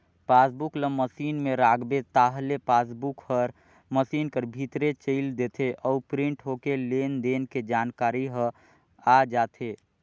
passbook ल machine में राखबे ताहले पासबुक हर मसीन कर भीतरे चइल देथे अउ प्रिंट होके लेन देन के जानकारी ह आ जाथे